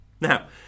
Now